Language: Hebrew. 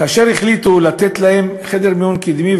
כאשר החליטו לתת להם חדר מיון קדמי,